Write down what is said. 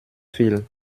fil